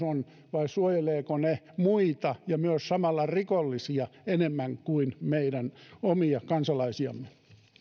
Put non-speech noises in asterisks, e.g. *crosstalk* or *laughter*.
*unintelligible* on vai suojelevatko ne muita ja myös samalla rikollisia enemmän kuin meidän omia kansalaisiamme